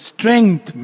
Strength